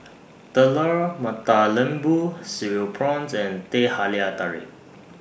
Telur Mata Lembu Cereal Prawns and Teh Halia Tarik